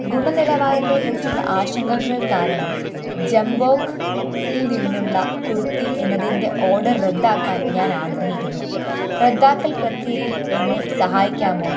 ഗുണ നിലവാരത്തെക്കുറിച്ചുള്ള ആശങ്കകൾ കാരണം ജബോംഗ് ഇൽ നിന്നുള്ള കുർത്തി എന്നതിൻ്റെ ഓഡർ റദ്ദാക്കാൻ ഞാൻ ആഗ്രഹിക്കുന്നു റദ്ദാക്കൽ പ്രക്രിയയിൽ എന്നെ സഹായിക്കാമോ